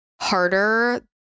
harder